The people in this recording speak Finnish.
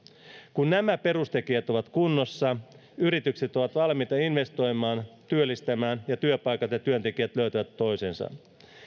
kun nämä perustekijät ovat kunnossa yritykset ovat valmiita investoimaan ja työllistämään ja työpaikat ja työntekijät löytävät toisensa